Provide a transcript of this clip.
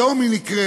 היום היא נקראת,